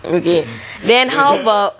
okay then how about